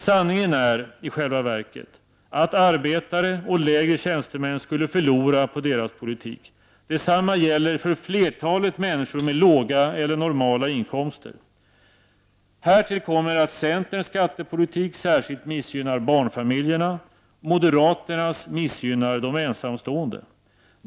Sanningen är i själva verket att arbetare och lägre tjänstemän skulle förlora på deras politik. Detsamma gäller för flertalet människor med låga eller normala inkomster. Härtill kommer att centerns skattepolitik särskilt missgynnar barnfamiljerna och att moderaternas skattepolitik missgynnar de ensamstående.